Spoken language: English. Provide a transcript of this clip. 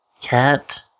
Cat